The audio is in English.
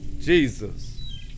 Jesus